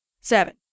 seven